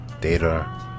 Data